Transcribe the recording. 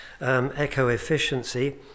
eco-efficiency